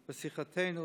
בשיחתנו,